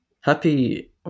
Happy